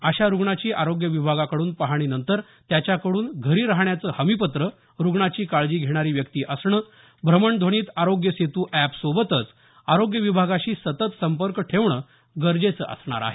अशा रुग्णाची आरोग्य विभागाकडून पाहणीनंतर त्याच्याकडून घरी राहण्याचं हमीपत्रं रुग्णाची काळजी घेण्यारी व्यक्ती असणं भ्रमणध्वनीत आरोग्य सेत् अॅपसोबतच आरोग्य विभागाशी सतत संपर्क ठेवणं गरजेचं असणार आहे